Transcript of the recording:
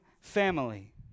family